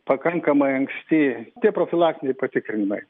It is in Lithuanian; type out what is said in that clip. pakankamai anksti tie profilaktiniai patikrinimai